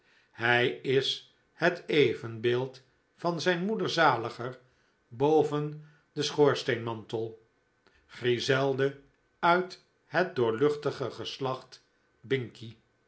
hij is het evenbeeld van zijn moeder zaliger boven den schoorsteenmantel griselde uit het doorluchtige geslacht